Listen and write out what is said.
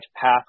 path